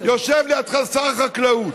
יושב לידך שר החקלאות,